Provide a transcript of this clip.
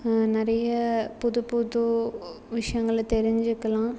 நிறைய புது புது விஷயங்கள தெரிஞ்சிக்கலாம்